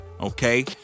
Okay